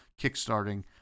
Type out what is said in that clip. kickstarting